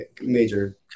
major